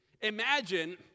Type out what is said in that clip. Imagine